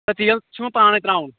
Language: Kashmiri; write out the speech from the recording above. تیٖل چھُو وۅنۍ پانےَ ترٛاوُن